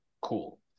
cool